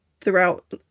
throughout